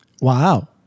Wow